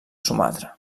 sumatra